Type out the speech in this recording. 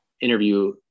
interview